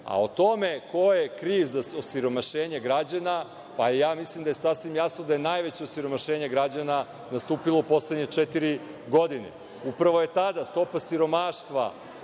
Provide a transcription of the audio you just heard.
A, o tome ko je kriv za osiromašenje građana, pa ja mislim da je sasvim jasno da je najveće osiromašenje građana nastupilo u poslednje četiri godine. Upravo je tada stopa siromaštva